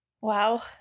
Wow